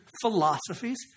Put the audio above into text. philosophies